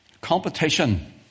Competition